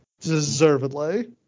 Deservedly